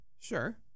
sure